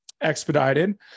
expedited